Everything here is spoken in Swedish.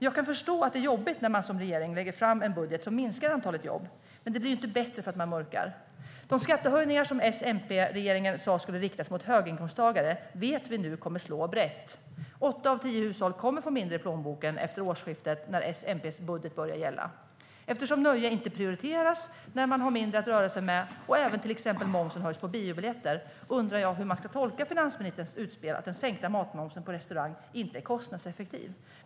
Jag kan förstå att det är jobbigt när man som regering lägger fram en budget som minskar antalet jobb, men det blir ju inte bättre för att man mörkar. De skattehöjningar som S-MP-regeringen sa skulle riktas mot höginkomsttagare vet vi nu kommer att slå brett. Åtta av tio hushåll kommer att få mindre i plånboken efter årsskiftet när S-MP:s budget börjar gälla. Eftersom nöje inte prioriteras när man har mindre att röra sig med och eftersom till exempel momsen höjs på biobiljetter undrar jag hur man ska tolka finansministerns utspel att den sänkta matmomsen på restaurang inte är kostnadseffektiv.